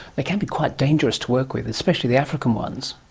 they can be quite dangerous to work with, especially the african ones.